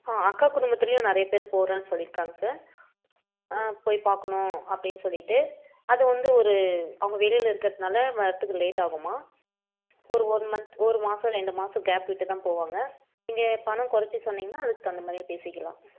ஆ அக்கா குடும்பத்திலையும் நிறைய பேர் போறேன்னு சொல்லிருக்காங்க சார் போய் பார்க்கணும் அப்படின்னு சொல்லிட்டு அது வந்து ஒரு அவங்க வெளியில் இருக்கிறதுனால வர்றதுக்கு லேட் ஆகும்மா ஒரு ஒன் மந்த் ஒரு மாசம் ரெண்டு மாசம் கேப் விட்டு தான் போவாங்க நீங்க பணம் குறச்சி சொன்னீங்கன்னா அதுக்கு தகுந்தமாதிரியே பேசிக்கலாம்